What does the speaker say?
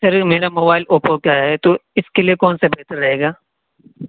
سر میرا mobile Oppo کا ہے تو اس کے لیے کون سا بہتر رہے گا